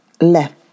left